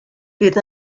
bydd